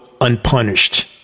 unpunished